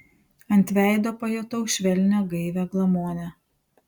ant veido pajutau švelnią gaivią glamonę